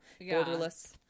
borderless